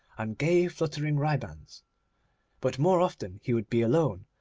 and gay fluttering ribands but more often he would be alone,